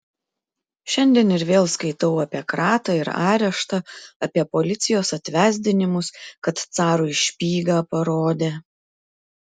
šiandien ir vėl skaitau apie kratą ir areštą apie policijos atvesdinimus kad carui špygą parodė